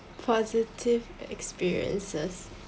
positive experiences